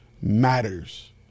matters